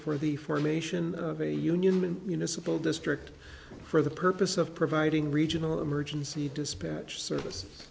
for the formation of a union you know simple district for the purpose of providing regional emergency dispatch service